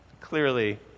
clearly